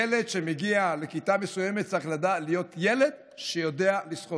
ילד שמגיע לכיתה מסוימת צריך להיות ילד שיודע לשחות,